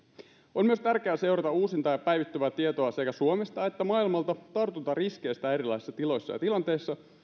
on myös tärkeää seurata uusinta ja päivittyvää tietoa sekä suomesta että maailmalta tartuntariskeistä erilaisissa tiloissa ja tilanteissa